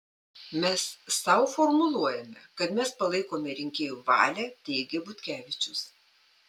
mes sau formuluojame kad mes palaikome rinkėjų valią teigė butkevičius